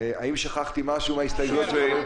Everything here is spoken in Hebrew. האם שכחתי משהו מההסתייגויות שעלו?